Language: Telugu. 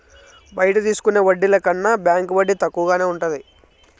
బయట తీసుకునే వడ్డీల కన్నా బ్యాంకు వడ్డీ తక్కువగానే ఉంటది